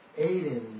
Aiden